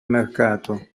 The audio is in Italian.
mercato